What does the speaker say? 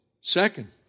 Second